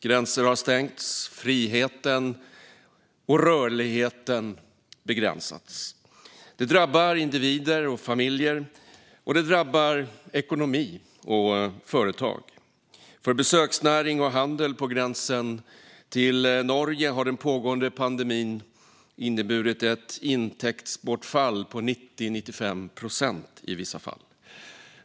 Gränser har stängts och friheten och rörligheten begränsats. Det drabbar individer och familjer, och det drabbar ekonomi och företag. För besöksnäring och handel på gränsen till Norge har den pågående pandemin inneburit ett intäktsbortfall på i vissa fall 90-95 procent.